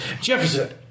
Jefferson